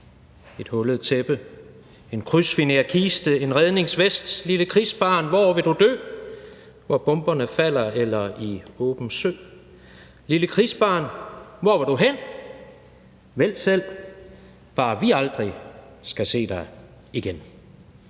hullet tæppe?/En krydsfinerskiste?/En redningsvest?/Lille krigsbarn, hvor vil du dø:/Hvor bomberne falder/eller i åben sø?/Lille krigsbarn, hvor vil du hen?/Vælg selv. Bare vi aldrig/skal se dig igen.«